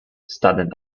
student